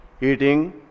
eating